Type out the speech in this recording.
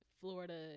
Florida